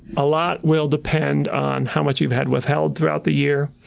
a lot will depend on how much you've had withheld throughout the year.